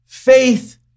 Faith